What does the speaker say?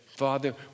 Father